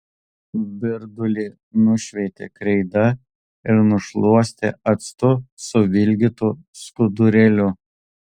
virdulį nušveitė kreida ir nušluostė actu suvilgytu skudurėliu